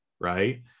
right